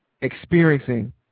experiencing